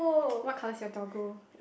what colour is your toggle